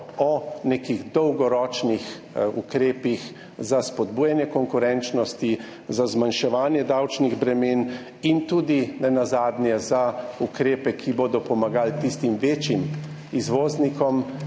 o nekih dolgoročnih ukrepih za spodbujanje konkurenčnosti, za zmanjševanje davčnih bremen in nenazadnje za ukrepe, ki bodo pomagali tistim večjim izvoznikom,